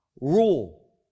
rule